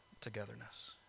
togetherness